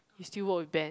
you still work with Ben